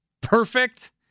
perfect